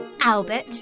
Albert